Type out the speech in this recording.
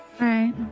right